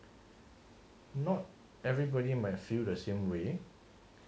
not everybody might feel the same way